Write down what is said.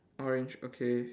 orange okay